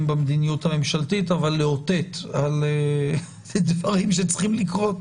במדיניות הממשלתית אבל לאותת על דברים שצריכים לקרות.